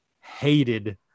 hated